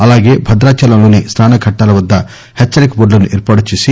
అలాగే భద్రాచలంలోని స్పానఘట్టాల వద్ద హెచ్చరిక బోర్టులను ఏర్పాటుచేసి